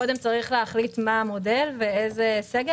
קודם צריך להחליט מה המודל ואיזה סגר